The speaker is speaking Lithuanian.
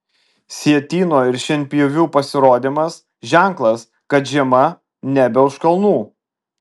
sietyno ir šienpjovių pasirodymas ženklas kad žiema nebe už kalnų